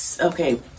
okay